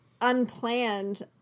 unplanned